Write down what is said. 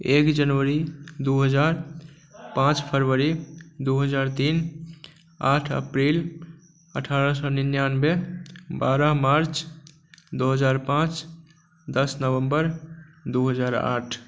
एक जनवरी दुइ हजार पाँच फरवरी दुइ हजार तीन आठ अप्रैल अठारह सओ निनानवे बारह मार्च दुइ हजार पाँच दस नवम्बर दुइ हजार आठ